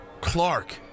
Clark